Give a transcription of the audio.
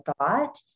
thought